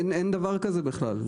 אין דבר כזה בכלל,